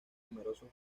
numerosos